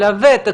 על ותק,